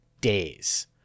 days